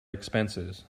expenses